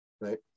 right